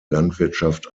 landwirtschaft